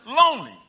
lonely